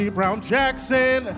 Brown-Jackson